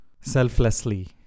selflessly